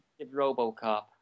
Robocop